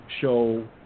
show